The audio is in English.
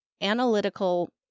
analytical